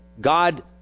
God